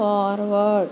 forward